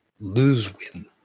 lose-win